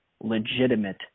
legitimate